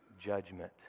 judgment